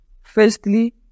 Firstly